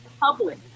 public